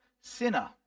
sinner